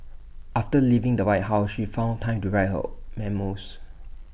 after leaving the white house she found time to write her memoirs